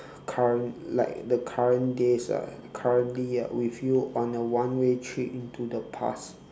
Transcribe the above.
current like the current days ah currently with you on a one way trip into the past